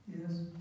Yes